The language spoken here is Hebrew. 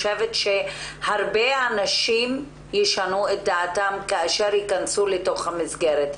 הרבה אנשים ישנו את דעתם כאשר יכנסו לתוך המסגרת.